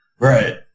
Right